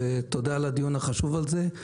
ותודה על הדיון החשוב הזה.